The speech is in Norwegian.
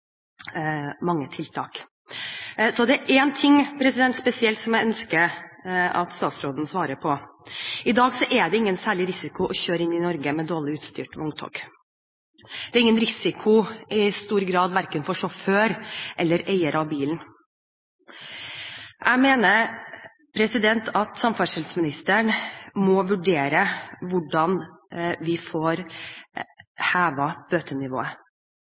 Det er én ting spesielt som jeg ønsker at statsråden svarer på. I dag er det ingen særlig risiko å kjøre inn i Norge med dårlig utstyrt vogntog. Det er ingen risiko i stor grad verken for sjåfør eller eier av bilen. Jeg mener at samferdselsministeren må vurdere hvordan vi får hevet bøtenivået.